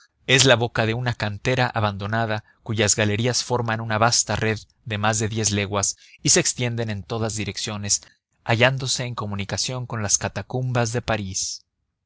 es la boca de una cantera abandonada cuyas galerías forman una vasta red de más de diez leguas y se extienden en todas direcciones hallándose en comunicación con las catacumbas de parís